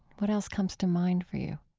what else comes to mind for you?